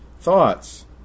thoughts